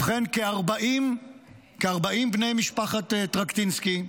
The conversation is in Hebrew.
ובכן, כ-40 בני משפחת טרקטינסקי,